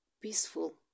peaceful